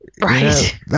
right